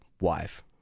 wife